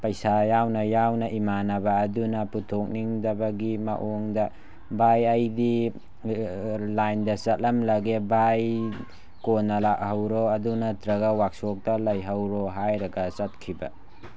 ꯄꯩꯁꯥ ꯌꯥꯎꯅ ꯌꯥꯎꯅ ꯏꯃꯥꯟꯅꯕ ꯑꯗꯨꯅ ꯄꯨꯊꯣꯛꯅꯤꯡꯗꯕꯒꯤ ꯃꯑꯣꯡꯗ ꯚꯥꯏ ꯑꯩꯗꯤ ꯂꯥꯏꯟꯗ ꯆꯠꯂꯝꯂꯒꯦ ꯚꯥꯏ ꯀꯣꯟꯅ ꯂꯥꯛꯍꯧꯔꯣ ꯑꯗꯨ ꯅꯠꯇꯔꯒ ꯋꯥꯔꯛꯁꯣꯞꯇꯥ ꯂꯩꯍꯧꯔꯣ ꯍꯥꯏꯔꯒ ꯆꯠꯈꯤꯕ